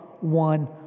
one